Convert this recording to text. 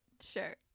Sure